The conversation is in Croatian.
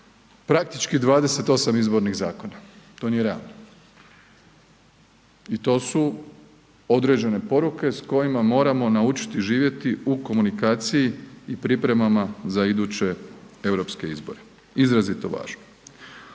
praktički 28 izbornih zakona, to nije realno. I to su određene poruke s kojima moramo naučiti živjeti u komunikaciji i pripremama za iduće europske izbore. Izrazito važno.